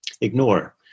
ignore